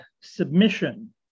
submission